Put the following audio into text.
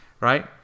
right